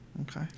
Okay